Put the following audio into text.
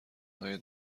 های